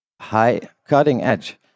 high-cutting-edge